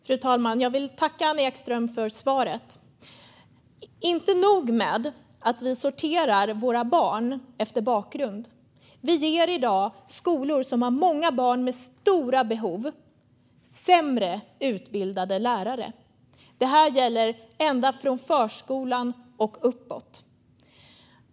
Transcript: Fru talman! Jag vill tacka Anna Ekström för svaret! Det är inte nog med att vi sorterar våra barn efter bakgrund. Vi ger i dag skolor som har många barn med stora behov sämre utbildade lärare. Det gäller ända från förskolan och uppåt.